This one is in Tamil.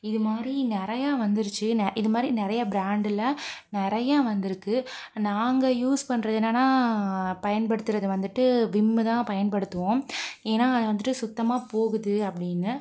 இதுமாதிரி நிறையா வந்துருச்சு ந இதுமாதிரி நிறையா பிராண்டில் நிறைய வந்திருக்கு நாங்கள் யூஸ் பண்ணுறது என்னன்னா பயன்படுத்துகிறது வந்துட்டு விம்மு தான் பயன்படுத்துவோம் ஏன்னா அது வந்துட்டு சுத்தமாக போகுது அப்படின்னு